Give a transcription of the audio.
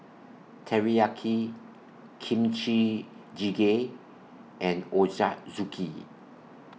Teriyaki Kimchi Jjigae and Ochazuke